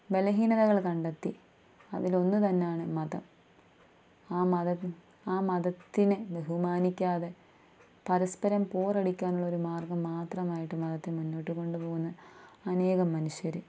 ബലഹീനതകൾ കണ്ടെത്തി അതിലൊന്നു തന്നാണ് മതം ആ മതം ആ മതത്തിനെ ബഹുമാനിക്കാതെ പരസ്പരം പോരടിക്കാനുള്ളൊരു മാർഗ്ഗം മാത്രമായിട്ട് മതത്തെ മുന്നോട്ട് കൊണ്ടുപോകുന്ന അനേകം മനുഷ്യര്